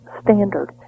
standard